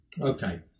Okay